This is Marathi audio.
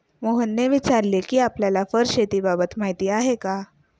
मोहनने विचारले कि आपल्याला फर शेतीबाबत माहीती आहे का?